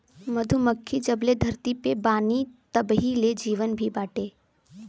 मधुमक्खी जबले धरती पे बानी तबही ले जीवन भी बाटे